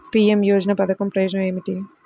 PM యోజన పధకం ప్రయోజనం ఏమితి?